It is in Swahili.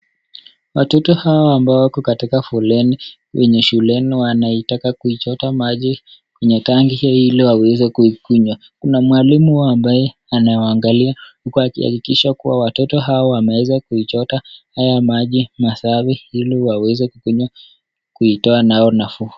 Watoto hawa ambao wako katika foleni kwenye shuleni wanaitaka kuichota maji kwenye tangi hilo ili waweze kuikunywa. Kuna mwalimu wao ambaye anawaangalia uku akihakikisha kuwa watoto hao wameweza kuichota haya maji masafi ili waweze kukunywa kuitoa nayo nafuu.